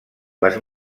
les